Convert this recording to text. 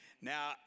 now